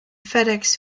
fedex